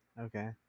Okay